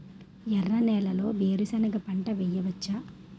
ఎర్ర నేలలో వేరుసెనగ పంట వెయ్యవచ్చా?